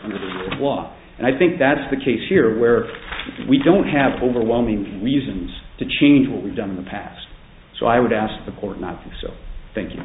of law and i think that's the case here where we don't have overwhelming reasons to change what we've done in the past so i would ask the court not so thank you